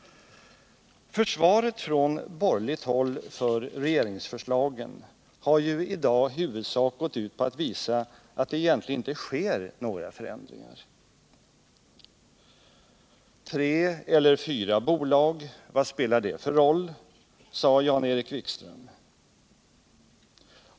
Försvaret från borgerligt håll för regeringsförslagen har ju i huvudsak gått ut på att visa att det egentligen inte sker några förändringar. Tre eller fyra bolag, vad spelar det för roll? sade Jan-Erik Wikström.